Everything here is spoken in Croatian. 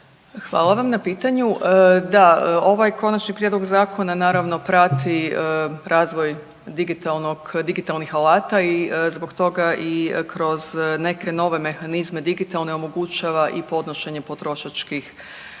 Hvala vam na pitanju. Da, ovaj konačni prijedlog zakona naravno prati razvoj digitalnih alata i zbog toga i kroz neke nove mehanizme digitalne omogućava i podnošenje potrošačkih